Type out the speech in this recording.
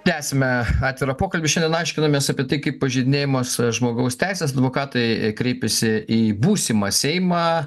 tęiame atvirą pokalbį šiandien aiškinamės apie tai kaip pažeidinėjamos žmogaus teisės advokatai kreipėsi į būsimą seimą